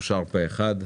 אושר פה-אחד.